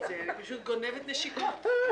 אני רוצה לומר משהו בהתייחס לדברים שאמרת על העובדים.